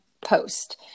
Post